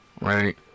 Right